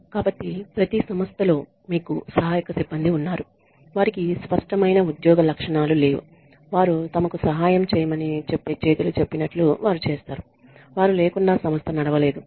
కాబట్టి ప్రతి సంస్థలో మీకు సహాయక సిబ్బంది ఉన్నారు వారికి స్పష్టమైన ఉద్యోగ లక్షణాలు లేవు వారు తమకు సహాయం చేయమని చెప్పే చేతులు చెప్పినట్లు వారు చేస్తారు వారు లేకుండా సంస్థ నడవలేదు